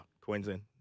Queensland